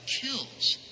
kills